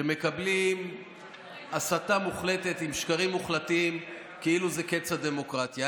שמקבלים הסתה מוחלטת עם שקרים מוחלטים כאילו זה קץ הדמוקרטיה.